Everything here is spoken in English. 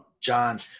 John